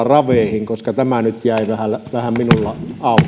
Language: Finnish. raveihin koska tämä nyt jäi vähän vähän minulla auki